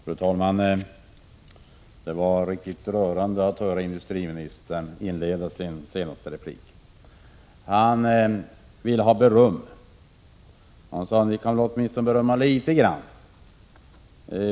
Fru talman! Det var riktigt rörande att höra industriministern inleda sitt senaste inlägg. Han vill ha beröm. Han sade att vi väl kan ge åtminstone litet beröm.